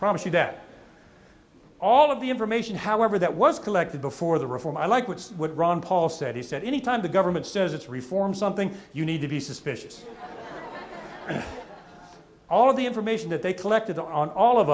promise you that all of the information however that was collected before the reform i like which is what ron paul said he said any time the government says it's reform something you need to be suspicious and all of the information that they collected on all of